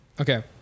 Okay